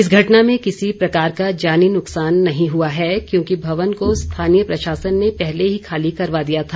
इस घटना मे किसी प्रकार का जानी नुकसान नही हुआ है क्योंकि भवन को स्थानीय प्रशासन ने पहले ही खाली करवा दिया था